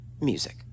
music